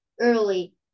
early